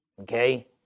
Okay